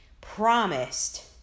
promised